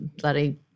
bloody